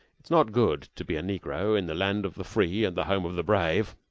it is not good to be a negro in the land of the free and the home of the brave.